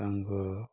ସାଙ୍ଗ